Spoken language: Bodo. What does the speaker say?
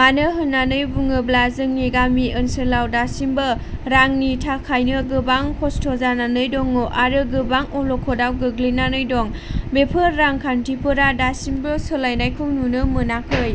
मानो होननानै बुङोब्ला जोंनि गामि ओनसोलाव दासिमबो रांनि थाखायनो गोबां खस्थ' जानानै दङ आरो गोबां अल'खथआव गोगलैनानै दं बेफोर रांखान्थिफोरा दासिमबो सोलायनायखौ नुनो मोनाखै